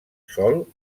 sol